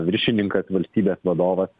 viršininkas valstybės vadovas